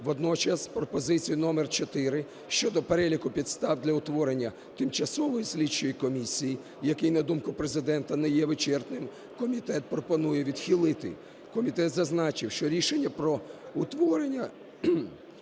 Водночас пропозицію номер чотири щодо переліку підстав для утворення тимчасової слідчої комісії, який, на думку Президента, не є вичерпним, комітет пропонує відхилити. Комітет зазначив, що рішення про утворення